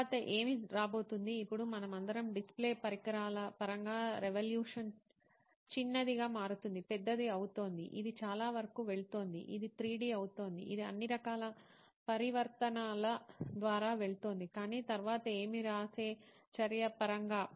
తరువాత ఏమి రాబోతోంది ఇప్పుడు మనమందరం డిస్ప్లే పరికరాల పరంగా రెవల్యూషన్ చిన్నదిగా మారుతుంది పెద్దది అవుతోంది ఇది చాలా వరకు వెళుతోంది ఇది 3D అవుతోంది ఇది అన్ని రకాల పరివర్తనల ద్వారా వెళుతోంది కానీ తరువాత ఏమి రాసే చర్య పరంగా